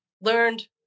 learned